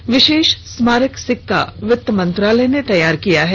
यह विशेष स्मारक सिक्का वित्त मंत्रालय ने तैयार किया है